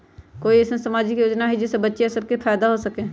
कोई अईसन सामाजिक योजना हई जे से बच्चियां सब के फायदा हो सके?